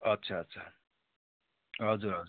अच्छा अच्छा हजुर हजुर